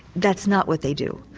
that's not what they do,